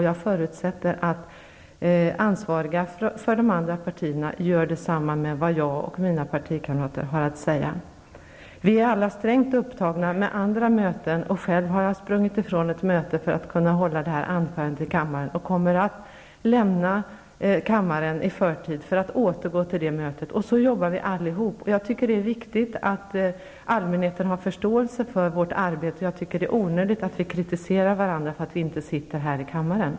Jag förutsätter att ansvariga för de andra partierna gör detsamma när det gäller vad jag och mina partikamrater har att säga. Vi är alla strängt upptagna och har många andra möten. Själv har jag sprungit ifrån ett möte för att hålla det här anförandet i kammaren och kommer att lämna kammaren i förtid för att återgå till det mötet. Så jobbar vi alla. Jag tycker att det är viktigt att allmänheten har förståelse för vårt arbete, och jag tycker att det är onödigt att vi kritiserar varandra för att inte sitta här i kammaren.